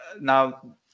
now